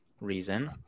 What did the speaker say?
reason